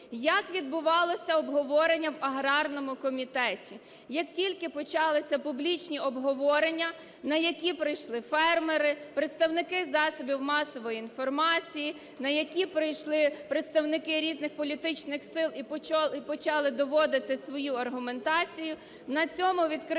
Як відбувалося обговорення в аграрному комітеті? Як тільки почалися публічні обговорення, на які прийшли фермери, представники засобів масової інформації, на які прийшли представники різних політичних сил і почали доводити свою аргументацію, на цьому відкритість